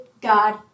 God